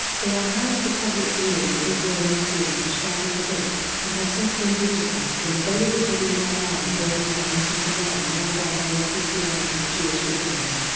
they are housed for public viewing in israel museum's the shrine of the book and have since been digitized and available to read online for anyone wanting to learn more about early christianity's jewish beginnings.